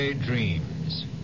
dreams